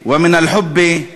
"ומן אל-חֻב מא קטל"